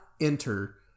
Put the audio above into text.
enter